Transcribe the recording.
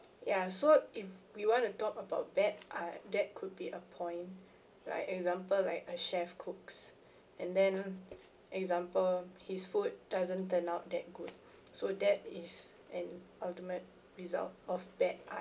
ya so if we want to talk about bad art that could be a point like example like a chef cooks and then example his food doesn't turn out that good so that is an ultimate result of bad art